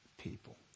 people